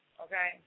Okay